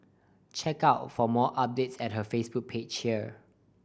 check out for more updates at her Facebook page here